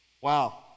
Wow